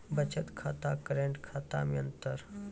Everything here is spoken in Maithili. बचत खाता करेंट खाता मे अंतर?